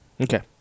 Okay